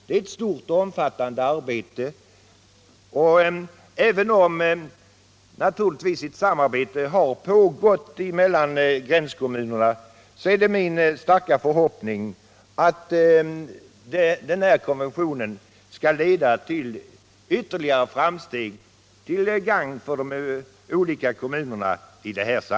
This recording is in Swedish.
Det är ett stort och omfattande arbete, och även om naturligtvis ett samarbete har pågått mellan gränskommunerna så är det min starka förhoppning att den här konventionen skall leda till ytterligare framsteg, till gagn för de olika kommunerna.